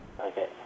Okay